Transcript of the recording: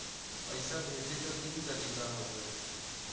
पइसा भेजे क तीन तरीका हउवे